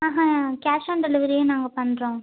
Ahu cash on டெலிவரியே நாங்கள் பண்ணுறோம்